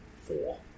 four